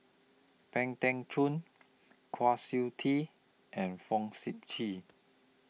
Pang Teck Joon Kwa Siew Tee and Fong Sip Chee